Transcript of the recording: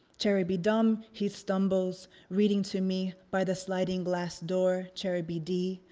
cherub-bee-dum, he stumbles, reading to me by the sliding glass door cherub-bee-dee,